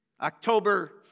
October